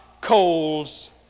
coals